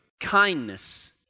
Kindness